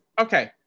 okay